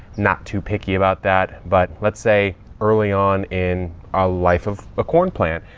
not too picky about that. but let's say early on in a life of a corn plant,